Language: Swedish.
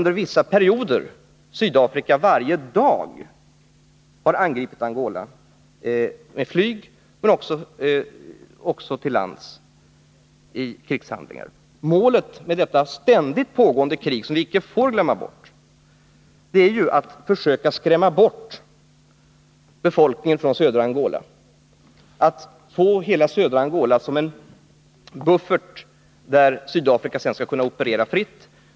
Under vissa perioder har Sydafrika varje dag angripit Angola med flyg men också till lands i krigshandlingar. Målet för detta ständigt pågående krig, som vi icke får glömma bort, är att försöka skrämma bort befolkningen från södra Angola, att få hela detta område som en buffert, där Sydafrika sedan skall kunna operera fritt.